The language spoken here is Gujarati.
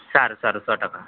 સારું સારું સો ટકા